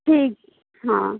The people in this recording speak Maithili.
ठीक हँ